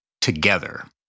together